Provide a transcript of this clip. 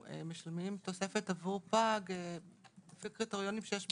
משלמים תוספת עבור פג לפי קריטריונים שיש בחוק.